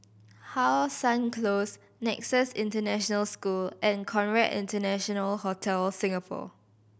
How Sun Close Nexus International School and Conrad International Hotel Singapore